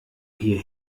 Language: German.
hier